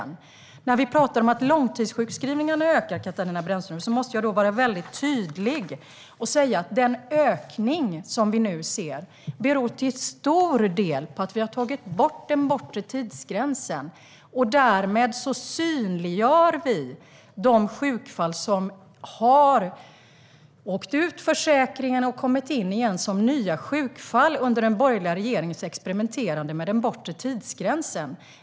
När vi talar om att långtidssjukskrivningarna ökar måste jag vara väldigt tydlig och säga att den ökning som vi nu ser till stor del beror på att vi har tagit bort den bortre tidsgränsen. Därmed synliggör vi de sjukfall som under den borgerliga regeringens experimenterande med den bortre tidsgränsen har åkt ut ur försäkringen och kommit in igen som nya sjukfall.